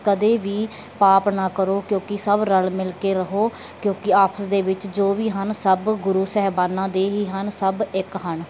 ਕਦੇ ਵੀ ਪਾਪ ਨਾ ਕਰੋ ਕਿਉਂਕਿ ਸਭ ਰਲ ਮਿਲ ਕੇ ਰਹੋ ਕਿਉਂਕਿ ਆਪਸ ਦੇ ਵਿੱਚ ਜੋ ਵੀ ਹਨ ਸਭ ਗੁਰੂ ਸਾਹਿਬਾਨਾਂ ਦੇ ਹੀ ਹਨ ਸਭ ਇੱਕ ਹਨ